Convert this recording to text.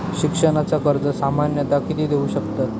शिक्षणाचा कर्ज सामन्यता किती देऊ शकतत?